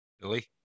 Billy